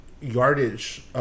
yardage